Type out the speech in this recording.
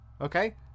okay